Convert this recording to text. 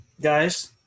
guys